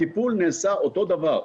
הטיפול נעשה אותו דבר.